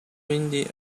windy